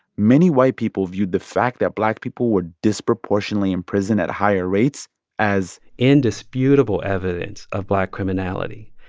many white people viewed the fact that black people were disproportionately imprisoned at higher rates as. indisputable evidence of black criminality.